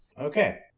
Okay